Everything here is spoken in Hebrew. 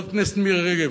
חברת הכנסת מירי רגב,